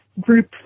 group